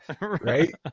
Right